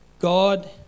God